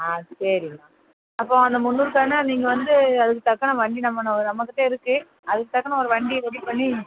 ஆ சரிம்மா அப்போது அந்த முந்நூறு கன்றை நீங்கள் வந்து அதுக்கு தக்கன வண்டி நம்ம நம்மக்கிட்டே இருக்குது அதுக்கு தக்கன ஒரு வண்டியை ரெடி பண்ணி